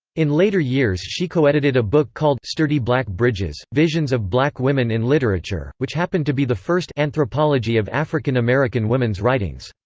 in later years she co-edited a book called sturdy black bridges visions of black women in literature, which happened to be the first anthropology of african american women's writings.